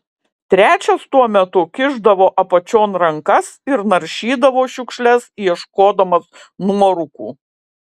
trečias tuo metu kišdavo apačion rankas ir naršydavo šiukšles ieškodamas nuorūkų